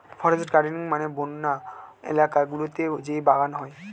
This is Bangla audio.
ফরেস্ট গার্ডেনিং মানে বন্য এলাকা গুলোতে যেই বাগান হয়